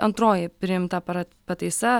antroji priimta pra pataisa